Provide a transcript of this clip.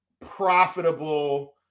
profitable